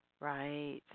Right